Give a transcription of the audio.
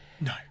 No